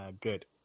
good